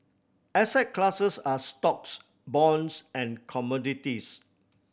asset classes are stocks bonds and commodities